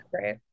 great